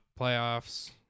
playoffs